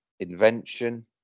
Invention